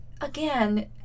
again